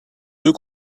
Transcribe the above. deux